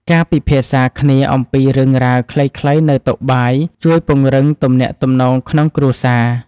ការពិភាក្សាគ្នាអំពីរឿងរ៉ាវខ្លីៗនៅតុបាយ ជួយពង្រឹងទំនាក់ទំនងក្នុងគ្រួសារ។